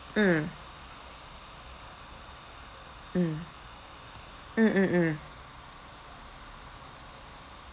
mm mm mm mm mm